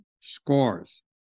scores